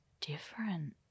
different